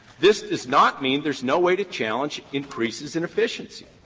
this does not mean there's no way to challenge increases in efficiency.